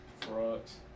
Frogs